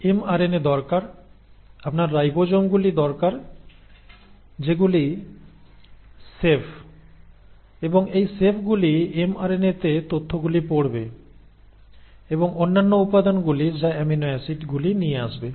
mRNA দরকার আপনার রাইবোজোমগুলি দরকার যেগুলি শেফ এবং এই শেফগুলি এমআরএনএতে তথ্যগুলি পড়বে এবং অন্যান্য উপাদানগুলি যা অ্যামিনো অ্যাসিড গুলি নিয়ে আসবে